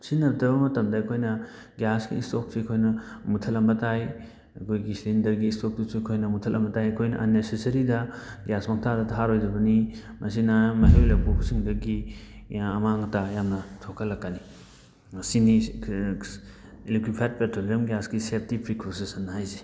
ꯁꯤꯖꯤꯟꯅꯗꯕ ꯃꯇꯝꯗ ꯑꯩꯈꯣꯏꯅ ꯒ꯭ꯌꯥꯁꯀꯤ ꯏꯁꯇꯣꯛꯁꯦ ꯑꯩꯈꯣꯏꯅ ꯃꯨꯠꯊꯠꯂꯝꯕ ꯇꯥꯏ ꯑꯩꯈꯣꯏꯒꯤ ꯁꯤꯂꯤꯟꯗꯔꯒꯤ ꯏꯁꯇꯣꯛꯇꯨꯁꯨ ꯑꯩꯈꯣꯏꯅ ꯃꯨꯠꯊꯠꯂꯝꯕ ꯇꯥꯏ ꯑꯩꯈꯣꯏꯅ ꯑꯟꯅꯦꯁꯁꯔꯤꯗ ꯒ꯭ꯌꯥꯁ ꯄꯪꯊꯥꯗ ꯊꯥꯔꯣꯏꯗꯕꯅꯤ ꯃꯁꯤꯅ ꯃꯩꯍꯧ ꯂꯥꯡꯄꯣꯛꯁꯤꯡꯗꯒꯤ ꯑꯃꯥꯡ ꯑꯇꯥ ꯌꯥꯝꯅ ꯊꯣꯛꯍꯜꯂꯛꯀꯅꯤ ꯃꯁꯤꯅꯤ ꯂꯤꯀ꯭ꯋꯤꯐꯥꯏꯠ ꯄꯦꯇ꯭ꯔꯣꯂꯤꯌꯝ ꯒ꯭ꯌꯥꯁꯦꯁꯀꯤ ꯁꯦꯞꯇꯤ ꯄ꯭ꯔꯤꯀꯣꯁꯦꯁꯟ ꯍꯥꯏꯁꯦ